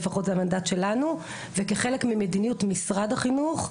לפחות המנדט שלנו וכחלק ממדיניות משרד החינוך,